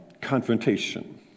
confrontation